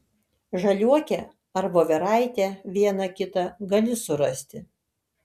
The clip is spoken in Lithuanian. žaliuokę ar voveraitę vieną kitą gali surasti